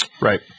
right